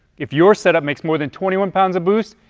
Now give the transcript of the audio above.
if your setup makes more than twenty one pounds of boost,